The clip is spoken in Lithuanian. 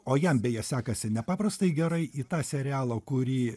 o jam beje sekasi nepaprastai gerai į tą serialo kurį